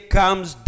comes